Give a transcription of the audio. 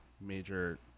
major